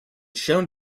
shown